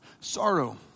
Sorrow